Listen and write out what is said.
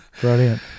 Brilliant